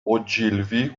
ogilvy